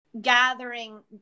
gathering